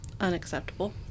unacceptable